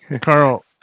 Carl